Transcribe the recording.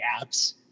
apps